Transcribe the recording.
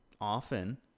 often